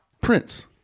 Prince